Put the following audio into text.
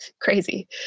crazy